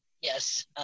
Yes